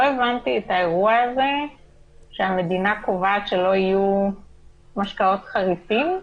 לא הבנתי את האירוע הזה שהמדינה קובעת שלא יהיו משקאות חריפים.